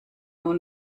nur